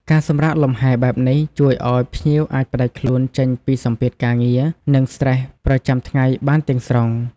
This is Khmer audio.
ការសម្រាកលំហែបែបនេះ ជួយឲ្យភ្ញៀវអាចផ្តាច់ខ្លួនចេញពីសម្ពាធការងារ និងស្ត្រេសប្រចាំថ្ងៃបានទាំងស្រុង។